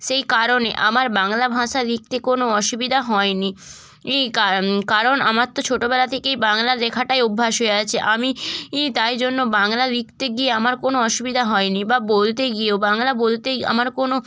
সেই কারণে আমার বাংলা ভাষা লিখতে কোনো অসুবিধা হয়নি ই কারণ কারণ আমার তো ছোটোবেলা থেকেই বাংলা লেখাটাই অভ্যাস হয়ে আছে আমি ই তাই জন্য বাংলা লিখতে গিয়ে আমার কোনো অসুবিদা হয় নি বা বলতে গিয়েও বাংলা বলতেই আমার কোনো